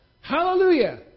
Hallelujah